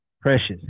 precious